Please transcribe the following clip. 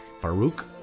Farouk